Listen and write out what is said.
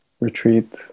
retreat